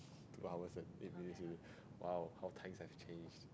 two hours and eight minutes already !wow! how times have changed